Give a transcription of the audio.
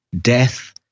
death